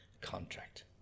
contract